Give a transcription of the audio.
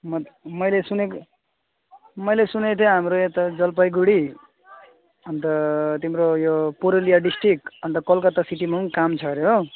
म त मैले सुनेको मैले सुनेको थिएँ हाम्रो यता जलपाइगुडी अन्त तिम्रो यो पुरुलिया डिस्ट्रिक अन्त कोलकता सिटीमा पनि काम छ अरे हो